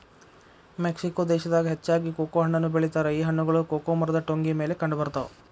Mexico ದೇಶದಾಗ ಹೆಚ್ಚಾಗಿ cocoa ಹಣ್ಣನ್ನು ಬೆಳಿತಾರ ಈ ಹಣ್ಣುಗಳು ಕೊಕೊ ಮರದ ಟೊಂಗಿ ಮೇಲೆ ಕಂಡಬರ್ತಾವ